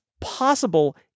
possible